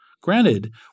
Granted